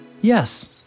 Yes